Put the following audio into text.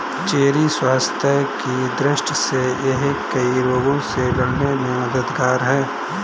cherry स्वास्थ्य की दृष्टि से यह कई रोगों से लड़ने में मददगार है